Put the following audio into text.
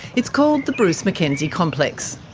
it's called the bruce mackenzie complex.